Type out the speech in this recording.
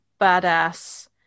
badass